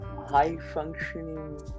high-functioning